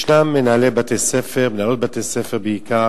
ישנם מנהלי בתי-ספר, מנהלות בתי-ספר בעיקר,